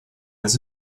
his